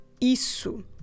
isso